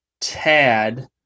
Tad